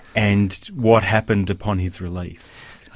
and what happened upon his release?